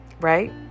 right